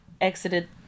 exited